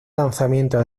lanzamiento